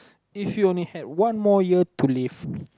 if you only had one more year to live